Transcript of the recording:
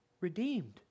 redeemed